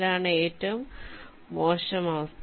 അതാണ് ഏറ്റവും മോശം അവസ്ഥ